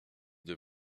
deux